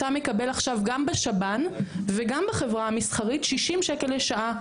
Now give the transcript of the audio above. אתה מקבל עכשיו גם בשב"ן וגם בחברה המסחרית 60 שקלים לשעה'.